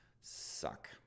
suck